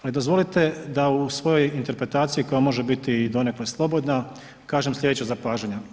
Ali dozvolite da u svojoj interpretaciji koja može biti donekle slobodna kažem sljedeće zapažanje.